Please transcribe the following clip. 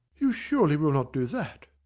you surely will not do that!